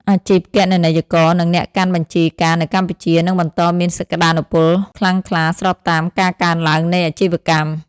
អាជីពគណនេយ្យករ និងអ្នកកាន់បញ្ជីការនៅកម្ពុជា នឹងបន្តមានសក្តានុពលខ្លាំងក្លាស្របតាមការកើនឡើងនៃអាជីវកម្ម។